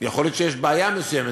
יכול להיות שיש בעיה מסוימת,